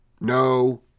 no